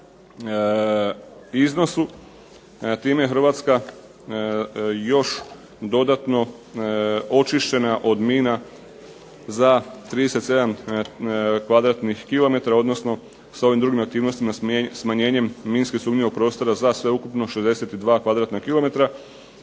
iznosu, time je Hrvatska još dodatno očišćena od mina za 37 kvadratnih kilometara, odnosno s ovim drugim aktivnostima smanjenjem minski sumnjivog prostora za sveukupno 62